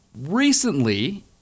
recently